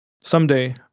Someday